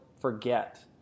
forget